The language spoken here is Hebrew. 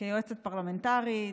כיועצת פרלמנטרית,